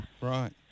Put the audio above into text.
Right